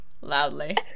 loudly